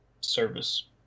service